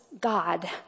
God